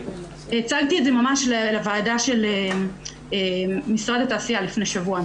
הצגתי את זה ממש לוועדה של משרד התעשייה לפני שבוע,